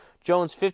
Jones